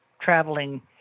traveling